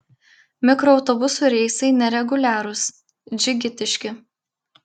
mikroautobusų reisai nereguliarūs džigitiški